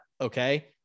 Okay